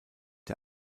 der